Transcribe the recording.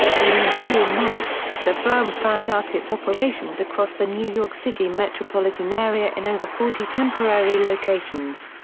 in the ensuing months, the firm fanned out its operations across the new york city metropolitan area in over forty temporary locations.